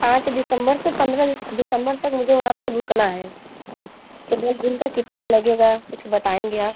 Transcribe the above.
पाँच दिसंबर से पंद्रह दिस दिसंबर तक मुझे वहाँ पर रुकना है तो दस दिन का कितना लगेगा कुछ बताएँगे आप